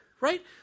right